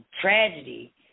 tragedy